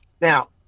Now